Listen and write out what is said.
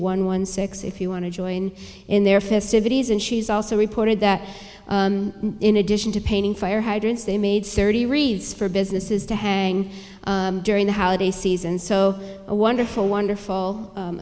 one one six if you want to join in their festivities and she's also reported that in addition to painting fire hydrants they made certain for businesses to hang during the holiday season so a wonderful wonderful